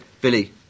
Billy